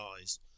eyes